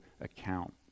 account